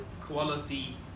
quality